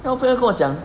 then 我朋友跟我讲